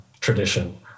tradition